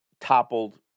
toppled